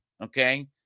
okay